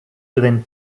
within